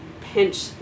pinch